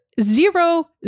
zero